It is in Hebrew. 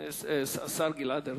השר גלעד ארדן.